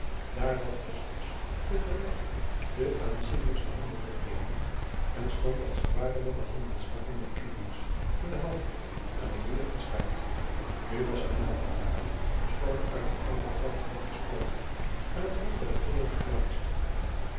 daar had cosmus te gelijk den aanzienlijksten handel gedreven en stond als het ware met den handelstaf van mercurius in de hand aan het roer van staat nu was zijn naamgenoot schoon uit een anderen tak voortgesproten aan het hoofd der regering geplaatst